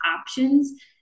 options